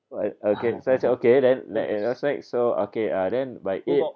uh okay then so I said okay then like what's next so okay uh then by eight